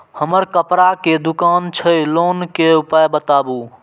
हमर कपड़ा के दुकान छै लोन के उपाय बताबू?